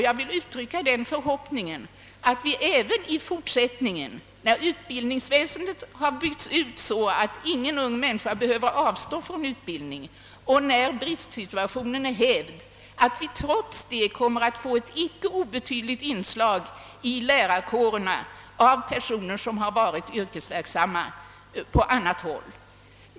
Jag vill uttrycka den förhoppningen att vi även i fortsättningen, när utbildningsväsendet har byggts ut, så att ingen ung människa behöver avstå från utbildning och när bristsituationen är hävd, trots detta kommer att få ett icke obetydligt inslag i lärarkåren av personer som har varit yrkesverksamma på annat håll.